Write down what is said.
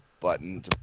button